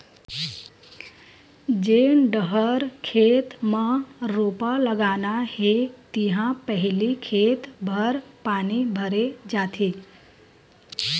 जेन डहर खेत म रोपा लगाना हे तिहा पहिली खेत भर पानी भरे जाथे